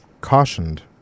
cautioned